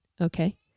Okay